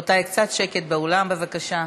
רבותיי, קצת שקט באולם, בבקשה.